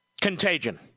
contagion